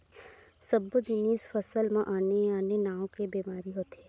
सब्बो जिनिस फसल म आने आने नाव के बेमारी होथे